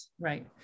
Right